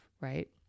right